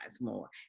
more